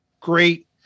great